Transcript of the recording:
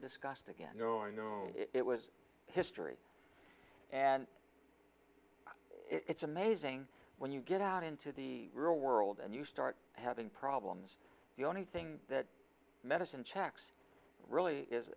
discussed again or no it was history and it's amazing when you get out into the real world and you start having problems the only thing that medicine checks really is